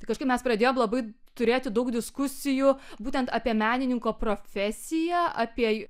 tai kažkaip mes pradėjom labai turėti daug diskusijų būtent apie menininko profesiją apie